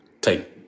take